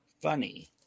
funny